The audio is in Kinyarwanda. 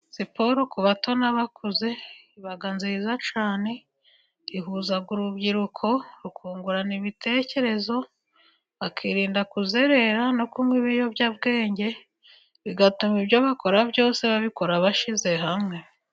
Siporo ku bato n'abakuze iba nziza cyane, ihuza urubyiruko rukungurana ibitekerezo bakirinda kuzerera, no kunywa ibiyobyabwenge bituma ibyo bakora byose babikora bashyize hamwe.